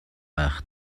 байх